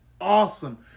awesome